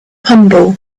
humble